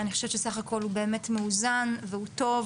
אני חושבת שסך הכול הוא באמת מאוזן והוא טוב